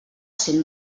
cent